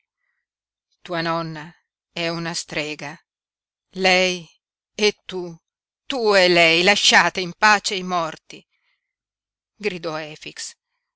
tua nonna è una strega lei e tu tu e lei lasciate in pace i morti gridò efix